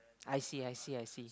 I see I see I see